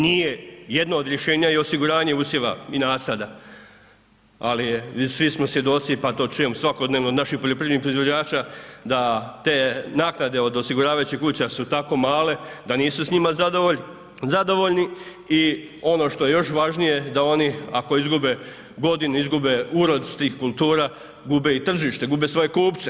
Nije jedno od rješenja i osiguranje usjeva i nasada ali svi smo svjedoci pa to čujem svakodnevno od naših poljoprivrednih proizvođača da te naknade os osiguravajućih kuća su tako male da nisu s njima zadovoljni i ono što je još važnije da oni ako izgube godinu, izgube urod s tih kultura gube i tržište, gube svoje kupce.